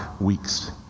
weeks